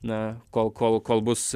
na kol kol kol bus